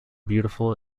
beautiful